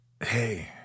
hey